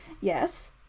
yes